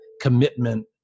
commitment